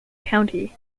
county